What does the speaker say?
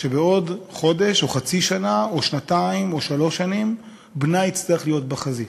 שבעוד חודש או חצי שנה או שנתיים או שלוש שנים בנה יצטרך להיות בחזית.